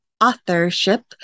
authorship